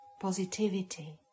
positivity